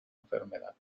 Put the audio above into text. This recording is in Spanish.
enfermedad